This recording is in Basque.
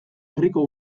herriko